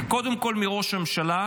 וקודם כול מראש הממשלה,